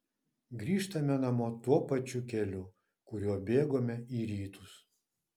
grįžtame namo tuo pačiu keliu kuriuo bėgome į rytus